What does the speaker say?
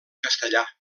castellà